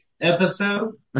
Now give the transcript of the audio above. Episode